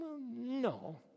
no